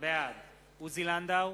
בעד עוזי לנדאו,